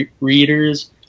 readers